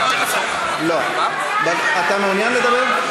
אתה מעוניין לדבר?